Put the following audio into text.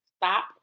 Stop